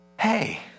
hey